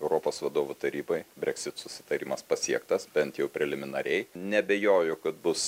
europos vadovų tarybai breksit susitarimas pasiektas bent jau preliminariai neabejoju kad bus